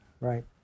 Right